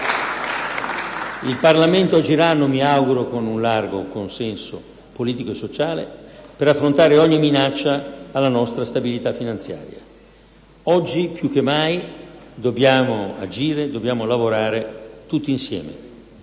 il Parlamento agiranno - mi auguro - con un ampio consenso politico-sociale per affrontare ogni minaccia alla nostra stabilità finanziaria. Oggi più che mai dobbiamo agire tutti insieme.